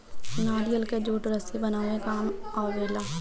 नारियल कअ जूट रस्सी बनावे में काम आवेला